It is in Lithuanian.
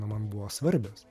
nu man buvo svarbios